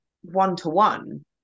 one-to-one